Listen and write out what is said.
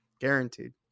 Guaranteed